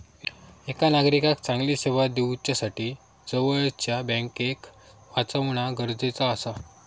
एका नागरिकाक चांगली सेवा दिवच्यासाठी जवळच्या बँकेक वाचवणा गरजेचा आसा